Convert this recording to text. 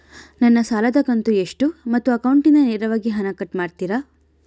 ನನ್ನ ಸಾಲದ ಕಂತು ಎಷ್ಟು ಮತ್ತು ಅಕೌಂಟಿಂದ ನೇರವಾಗಿ ಹಣ ಕಟ್ ಮಾಡ್ತಿರಾ?